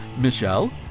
Michelle